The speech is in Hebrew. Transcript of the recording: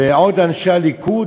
ועוד אנשי הליכוד,